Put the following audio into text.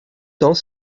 temps